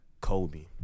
Kobe